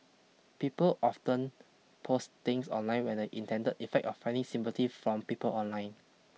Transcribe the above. people often post things online where the intended effect of finding sympathy from people online